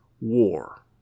war